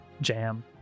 jam